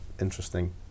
interesting